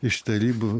iš tarybų